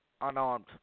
unarmed